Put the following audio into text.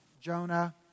Jonah